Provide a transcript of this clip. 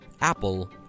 Apple